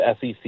sec